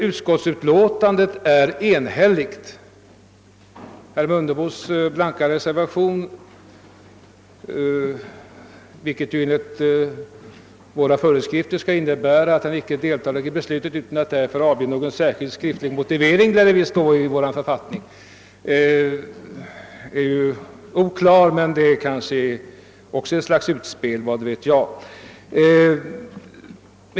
Utskottets utlåtande är också enhälligt — bortsett från herr Mundebos »blanka reservation», som enligt vår riksdagsordning bara markerar att han ej deltager i utskottets beslut dock utan angivande av sin mening. Vad han anser är alltså oklart men även det är måhända ett utspel av något slag, vad vet jag?